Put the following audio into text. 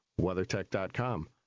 WeatherTech.com